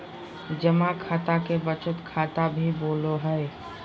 जमा खाता के बचत खाता भी बोलो हइ